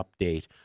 update